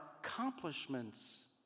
accomplishments